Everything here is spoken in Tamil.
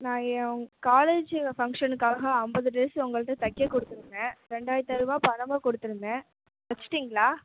நான் என் காலேஜ்ஜி ஃபங்க்ஷனுக்காக ஐம்பது டிரஸ் உங்கள்கிட்ட தைக்க கொடுத்துருந்தேன் ரெண்டாயிரத்து ஐநூறு ரூபா பணமும் கொடுத்துருந்தேன் தைச்சிட்டிங்ளா